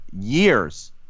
years